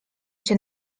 cię